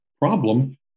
problem